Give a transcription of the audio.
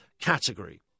category